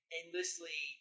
endlessly